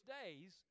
days